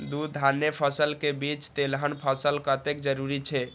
दू धान्य फसल के बीच तेलहन फसल कतेक जरूरी छे?